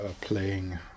playing